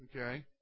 Okay